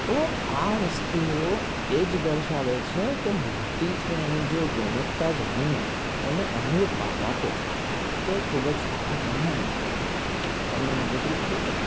તો આ વસ્તુઓ એ જ દર્શાવે છે કે માટી છે એની જો ગુણવત્તા જાણીને એને અનુરૂપ પાક આપો તો એ ખૂબ જ સારા પ્રમાણમાં તમને મદદરૂપ થઈ શકે